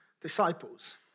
disciples